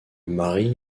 mari